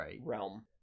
realm